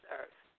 earth